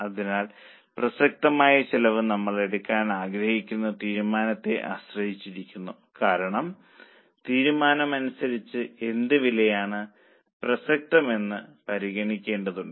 അതിനാൽ പ്രസക്തമായ ചെലവ് നമ്മൾ എടുക്കാൻ ആഗ്രഹിക്കുന്ന തീരുമാനത്തെ ആശ്രയിച്ചിരിക്കുന്നു കാരണം തീരുമാനമനുസരിച്ച് എന്ത് വിലയാണ് പ്രസക്തമെന്ന് പരിഗണിക്കേണ്ടതുണ്ട്